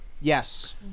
Yes